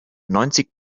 neunzig